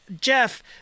Jeff –